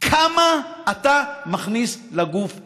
כמה אתה מכניס לגוף שלך.